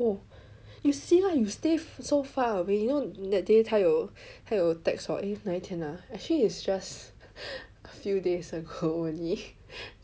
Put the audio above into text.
oh you see lah you stay so far away you know that day 他有他有 text 我 eh 哪一天 ah actually is just a few days ago only